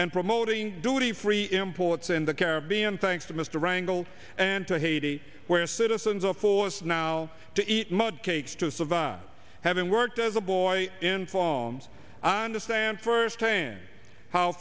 and promoting duty free imports in the caribbean thanks to mr wrangle and to haiti where citizens of course now to eat mud cakes to survive having worked as a boy in palms i understand first hand how